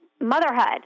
motherhood